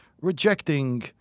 rejecting